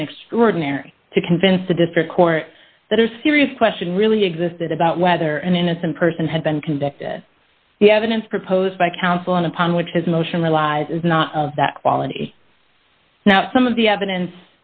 have been extraordinary to convince a district court that are serious question really existed about whether an innocent person had been convicted the evidence proposed by counsel and upon which his motion relies is not of that quality now some of the evidence